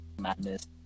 ...madness